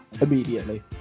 immediately